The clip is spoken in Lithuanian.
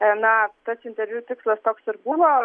na tas interviu tikslas toks ir buvo